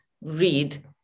read